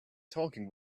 talking